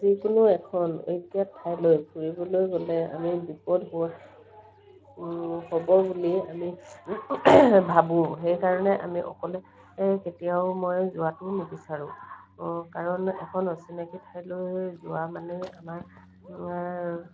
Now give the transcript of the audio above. যিকোনো এখন অগ্যাত ঠাইলৈ ফুৰিবলৈ গ'লে আমি বিপদ হোৱা হ'ব বুলি আমি ভাবোঁ সেইকাৰণে আমি অকলে কেতিয়াও মই যোৱাটো নিবিচাৰোঁ কাৰণ এখন অচিনাকি ঠাইলৈ যোৱা মানে আমাৰ